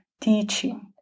teaching